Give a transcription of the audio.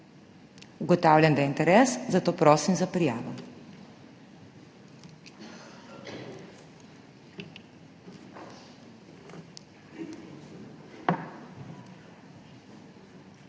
Ugotavljam, da je interes, zato prosim za prijavo.